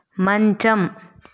మంచం